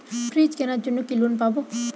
Fridge কেনার জন্য কি লোন পাব?